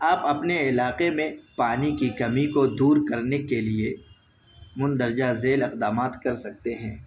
آپ اپنے علاقے میں پانی کی کمی کو دور کرنے کے لیے مندرجہ ذیل اقدامات کر سکتے ہیں